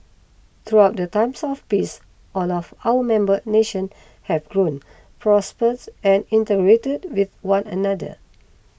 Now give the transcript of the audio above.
throughout the times of peace all of our member nations have grown prospered and integrated with one another